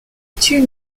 two